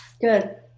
Good